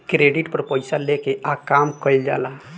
credit पर पइसा लेके आ काम कइल जाला